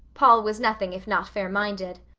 paul was nothing if not fair-minded.